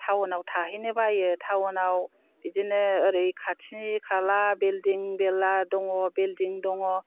टाउनाव थाहैनो बायो टाउनाव बिदिनो ओरै खाथि खाला बिल्दिं बिला दङ बिल्दिं दङ